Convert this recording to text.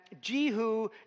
Jehu